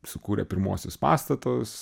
sukūrė pirmuosius pastatus